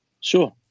Sure